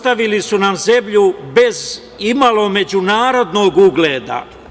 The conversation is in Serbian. Ostavili su nam zemlju bez imalo međunarodnog ugleda.